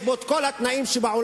יש בו כל התנאים שבעולם,